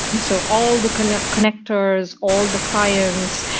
so all the connect connectors, all the clients,